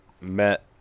met